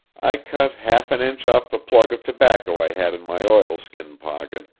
i cut half an inch off the plug of tobacco i had in my oilskin pocket,